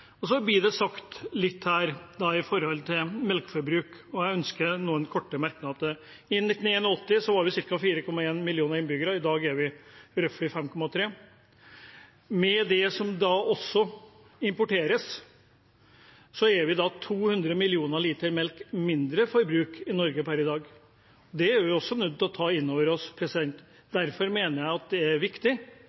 på. Så blir det sagt litt her om melkeforbruk, som jeg ønsker noen korte merknader til. I 1981 var vi ca. 4,1 millioner innbyggere, i dag er vi «roughly» 5,3. Med det som også importeres, er det 200 millioner liter mindre forbruk av melk i Norge per i dag. Det er vi også nødt til å ta inn over oss. Derfor mener jeg at det er viktig